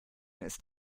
ist